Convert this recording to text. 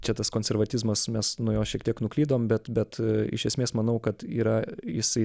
čia tas konservatizmas mes nuo jo šiek tiek nuklydom bet bet iš esmės manau kad yra jisai